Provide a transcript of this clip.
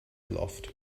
aloft